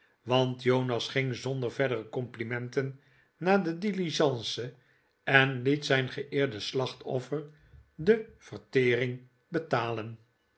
want jonas ging zonder verdere complimenten naar de diligence en liet zijn geeerde slachtoffer de vertering betalen